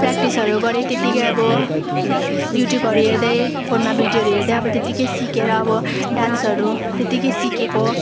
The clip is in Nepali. प्रयाक्टिसहरू गरेँ त्यतिकै अब युट्युबहरू हेर्दै फोनमा भडियोहरू हेर्दै अब त्यतिकै सिकेर अब डान्सहरू त्यतिकै सिकेको